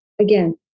Again